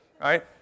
Right